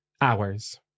hours